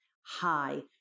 Hi